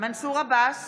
מנסור עבאס,